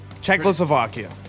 Czechoslovakia